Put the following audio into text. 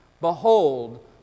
Behold